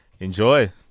enjoy